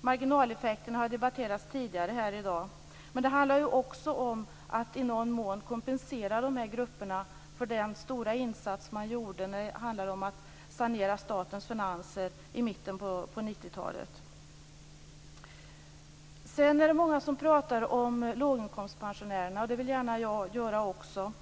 Marginaleffekten har debatterats tidigare här i dag. Men det handlar ju också om att i någon mån kompensera dessa grupper för den stora insats som gjordes för att sanera statens finanser i mitten på 90-talet. Sedan är det många som pratar om låginkomstpensionärerna, och det vill jag gärna göra också.